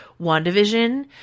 WandaVision